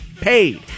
paid